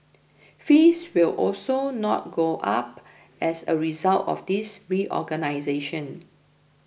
fees will also not go up as a result of this reorganisation